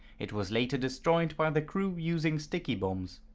it was later destroyed by the crew using sticky bombs.